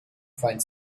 find